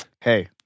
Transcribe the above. hey